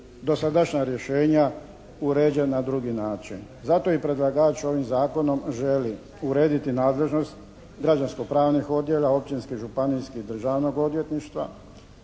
dosadašnja rješenja urede na drugi način. Zato i predlagač ovim Zakonom želi urediti nadležnost građansko-pravnih odjela, općinskih, županijskih i Državnog odvjetništva.